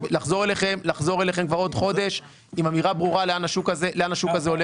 ולחזור אליכם בעוד חודש עם אמירה ברירה לאן השוק הזה הולך.